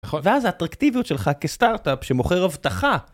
ואז האטרקטיביות שלך כסטארט-אפ שמוכר הבטחה.